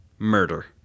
Murder